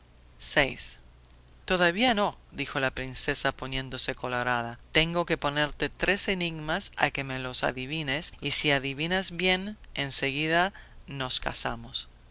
es nuestra todavía no dijo la princesa poniéndose colorada tengo que ponerte tres enigmas a que me los adivines y si adivinas bien enseguida nos casamos